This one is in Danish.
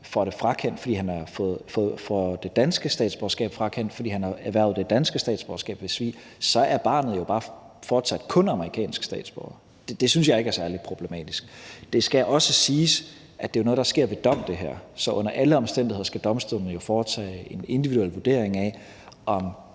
statsborgerskab, og hvis faren får det danske statsborgerskab frakendt, fordi han har erhvervet det danske statsborgerskab ved svig, så er barnet jo bare fortsat kun amerikansk statsborger. Det synes jeg ikke er særlig problematisk. Det skal også siges, at det her jo er noget, der sker ved dom, så under alle omstændigheder skal domstolene fortage en individuel vurdering af, om